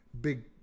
big